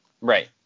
Right